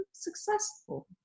successful